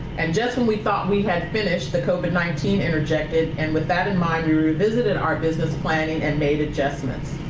and just when we thought we had finished, the covid nineteen interjected, and with that in mind, we revisited our business planning and made adjustments.